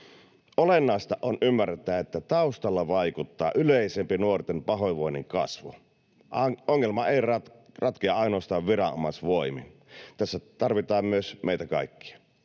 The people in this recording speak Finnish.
Olennaista on ymmärtää, että taustalla vaikuttaa yleisempi nuorten pahoinvoinnin kasvu. Ongelma ei ratkea ainoastaan viranomaisvoimin. Tässä tarvitaan myös meitä kaikkia.